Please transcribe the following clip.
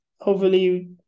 overly